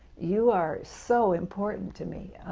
you are so important to me,